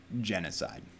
genocide